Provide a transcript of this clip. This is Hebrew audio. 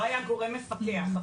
לא היה גורם מפקח,